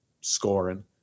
scoring